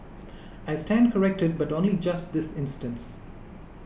I stand corrected but only just this instance